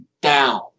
down